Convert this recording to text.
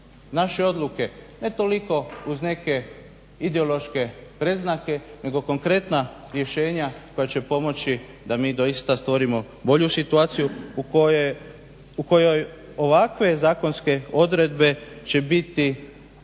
naše odluke ne toliko uz neke ideološke predznake, nego konkretna rješenja koja će pomoći da mi doista stvorimo bolju situaciju u kojoj ovakve zakonske odredbe će biti